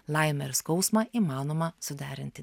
laimę ir skausmą įmanoma suderinti